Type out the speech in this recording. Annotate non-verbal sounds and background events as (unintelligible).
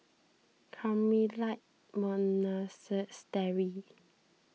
Carmelite (unintelligible)